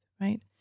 right